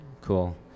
cool